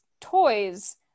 toys